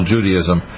Judaism